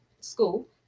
school